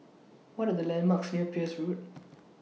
What Are The landmarks near Peirce Road